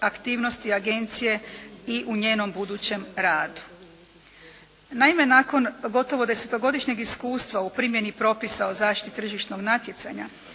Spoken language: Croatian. aktivnosti Agencije i u njenom budućem radu. Naime, nakon gotovo desetogodišnjeg iskustva u primjeni Propisa o zaštiti tržišnog natjecanja